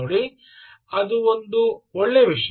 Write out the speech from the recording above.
ನೋಡಿ ಅದು ಒಂದು ಒಳ್ಳೆಯ ವಿಷಯ